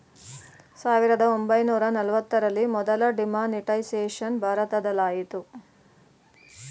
ಸಾವಿರದ ಒಂಬೈನೂರ ನಲವತ್ತರಲ್ಲಿ ಮೊದಲ ಡಿಮಾನಿಟೈಸೇಷನ್ ಭಾರತದಲಾಯಿತು